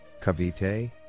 Cavite